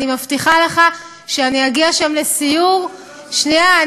אני מבטיחה לך שאני אגיע שם לסיור, סח'נין, שנייה.